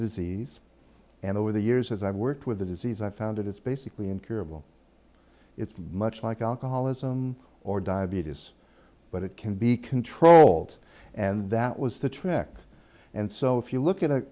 disease and over the years as i worked with the disease i found it is basically incurable it's much like alcoholism or diabetes but it can be controlled and that was the trick and so if you look